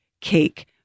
cake